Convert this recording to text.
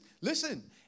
listen